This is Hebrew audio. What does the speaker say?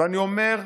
אני אומר,